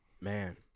Man